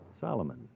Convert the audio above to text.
Solomon